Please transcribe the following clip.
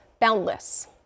boundless